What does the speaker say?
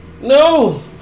No